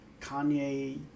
Kanye